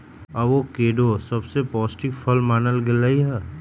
avocado सबसे पौष्टिक फल मानल गेलई ह